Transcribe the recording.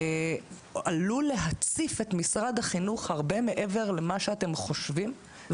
עלול להציף את משרד החינוך הרבה מעבר למה שאתם חושבים,